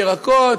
ירקות,